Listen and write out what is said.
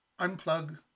Unplug